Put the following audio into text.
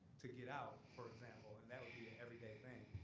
to get out, for example. and that would be an every day thing.